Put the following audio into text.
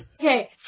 Okay